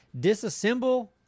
Disassemble